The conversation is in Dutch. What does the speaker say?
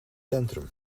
centrum